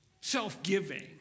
self-giving